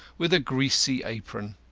with a greasy apron.